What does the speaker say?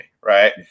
right